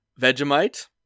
Vegemite